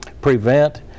prevent